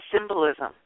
symbolism